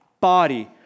body